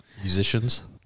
Musicians